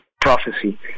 prophecy